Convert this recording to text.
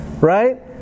Right